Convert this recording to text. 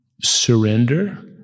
surrender